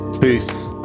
peace